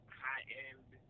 high-end